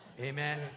Amen